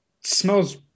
smells